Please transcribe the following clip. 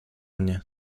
mnie